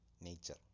nature